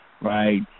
right